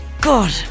God